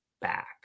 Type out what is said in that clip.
back